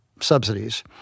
subsidies